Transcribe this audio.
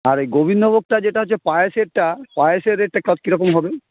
আর এই গোবিন্দোভোগটা যেটা হচ্ছে পায়েসেরটা পায়েসের রেটটা কত কীরকম হবে